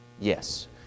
Yes